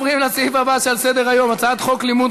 הצעת החוק התקבלה בקריאה טרומית,